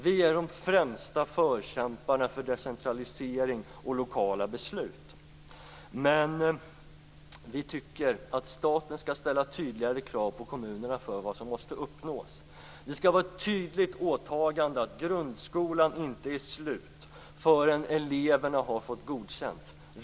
Vi är de främsta förkämparna för decentralisering och lokala beslut men vi tycker att staten skall ställa tydligare krav på kommunerna för vad som måste uppnås. Det skall vara ett tydligt åtagande att grundskolan inte är avslutad förrän eleverna har fått godkänt.